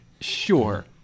sure